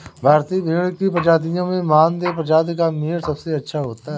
भारतीय भेड़ की प्रजातियों में मानदेय प्रजाति का मीट सबसे अच्छा होता है